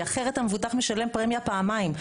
כי אחרת המבוטח משלם פרמיה פעמיים.